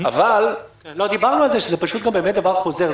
אבל --- דיברנו שזה דבר חוזר.